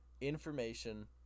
information